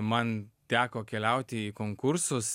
man teko keliauti į konkursus